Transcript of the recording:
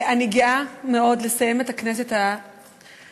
אני גאה מאוד לסיים את הכנסת הנוכחית